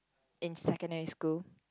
in secondary school